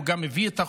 הוא גם הביא את החוק,